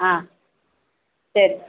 ஆ சரி